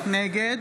נגד